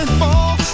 fall